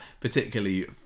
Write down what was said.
particularly